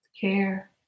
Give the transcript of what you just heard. care